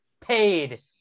paid